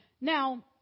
Now